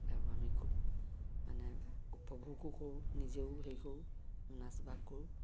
আৰু আমি খুব মানে উপভোগো কৰোঁ নিজেও হেৰি কৰোঁ নাচ বাগ কৰোঁ